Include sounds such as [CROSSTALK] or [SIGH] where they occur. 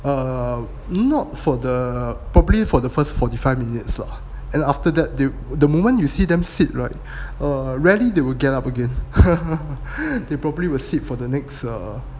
err not for the probably for the first forty five minutes lah and after that they the moment you see them sit right err rarely they would get up again [LAUGHS] they probably will sit for the next err